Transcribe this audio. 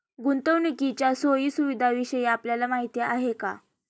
गुंतवणुकीच्या सोयी सुविधांविषयी आपल्याला माहिती आहे का?